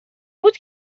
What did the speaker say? بود